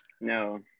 No